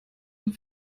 dem